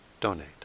donate